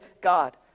God